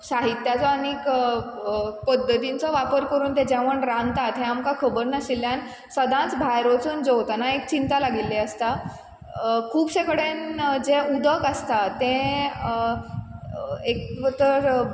साहित्याचो आनीक पद्दतींचो वापर करून तें जेवण रांदतात हें आमकां खबर नाशिल्ल्यान सदांच भायर वचून जेवतना एक चिंता लागिल्ली आसता खुबशे कडेन जें उदक आसता तें एक तर